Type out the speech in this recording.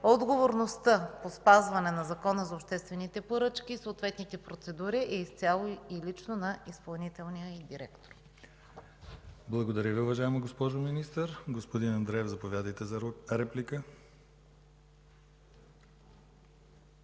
отговорността по спазване на Закона за обществените поръчки и съответните процедури е изцяло и лично на изпълнителния директор. ПРЕДСЕДАТЕЛ ДИМИТЪР ГЛАВЧЕВ: Благодаря Ви, уважаема госпожо Министър. Господин Андреев, заповядайте за реплика.